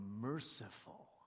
merciful